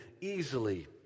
easily